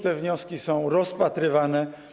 Te wnioski już są rozpatrywane.